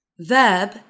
Verb